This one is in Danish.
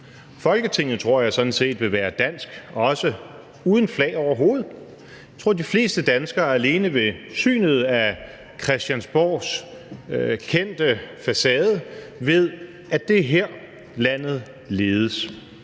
Folketinget vil være dansk, også uden flag overhovedet. Jeg tror, de fleste danskere alene ved synet af Christiansborgs kendte facade ved, at det er her, landet ledes.